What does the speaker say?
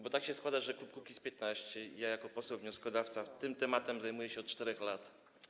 Bo tak się składa, że klub Kukiz’15, że ja jako poseł wnioskodawca tym tematem zajmuję się od 4 lat.